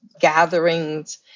gatherings